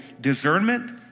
discernment